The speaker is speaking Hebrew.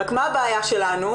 רק מה הבעיה שלנו,